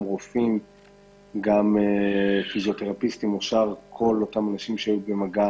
רופאים, פיזיותרפיסטים, שאר מטפלים שהיו במגע